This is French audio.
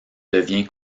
devient